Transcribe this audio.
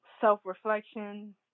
self-reflection